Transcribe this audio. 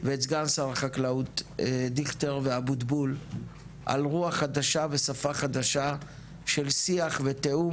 ואת סגן שר החקלאות על רוח חדשה ושפה חדשה של שיח ותיאום